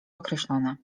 określone